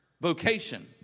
vocation